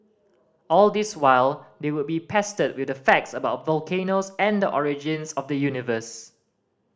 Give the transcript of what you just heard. all this while they would be pestered with facts about volcanoes and the origins of the universe